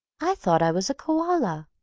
i thought i was a koala.